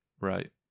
Right